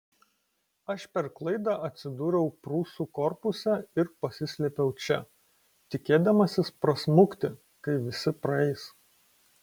aš per klaidą atsidūriau prūsų korpuse ir pasislėpiau čia tikėdamasis prasmukti kai visi praeis